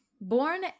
Born